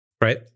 right